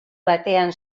batean